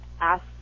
Ask